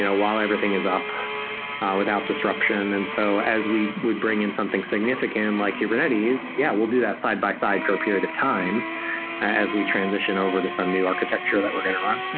while everything is up without disruption. and so as we would bring in something significant, like kubernetes, yeah, we'll do that side-by-side for a period of time as we transition over to some new architecture that we're going to run.